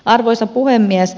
arvoisa puhemies